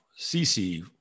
CC